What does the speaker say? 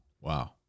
Wow